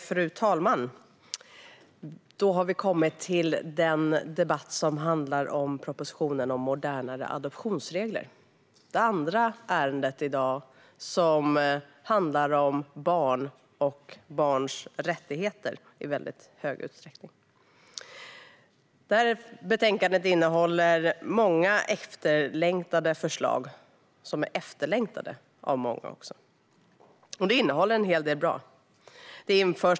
Fru talman! Då har vi kommit till den debatt som handlar om propositionen om modernare adoptionsregler. Det är det andra ärendet i dag som i väldigt stor utsträckning handlar om barn och barns rättigheter. Detta betänkande innehåller många förslag, som också är efterlängtade av många. Det innehåller en hel del som är bra.